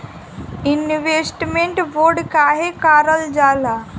Investment bond काहे कारल जाला?